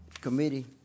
committee